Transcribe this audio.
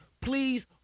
Please